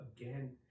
again